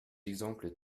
exemples